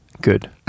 Good